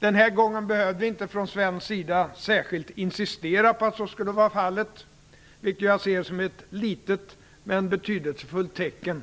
Den här gången behövde vi inte från svensk sida särskilt insistera på att så skulle vara fallet, vilket jag ser som ett litet men betydelsefullt tecken